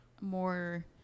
more